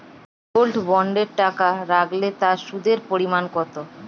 Gold বন্ডে টাকা রাখলে তা সুদের পরিমাণ কত?